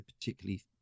particularly